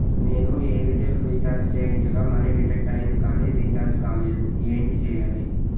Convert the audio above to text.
నేను Airtel recharge చేయించగా money deduct అయ్యింది కానీ రీఛార్జ్ కాలేదు ఏంటి చేయాలి?